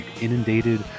inundated